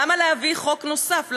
למה להביא חוק נוסף?